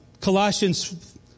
Colossians